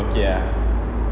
but okay ah